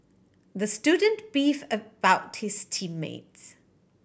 the student beefed about his team mates